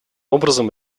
образом